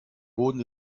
boden